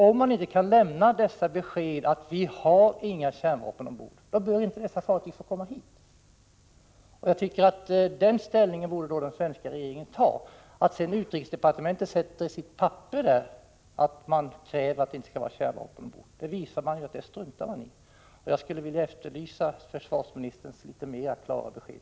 Om de inte kan lämna besked att de inte har kärnvapen ombord, bör dessa fartyg inte få komma hit. Den ställningen borde den svenska regeringen ta. Att sedan utrikesdepartementet i ett papper kräver att det inte får finnas kärnvapen ombord, det struntar man i. Jag vill efterlysa klarare besked från försvarsministern på den här punkten.